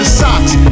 socks